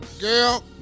girl